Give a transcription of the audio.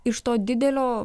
iš to didelio